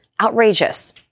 outrageous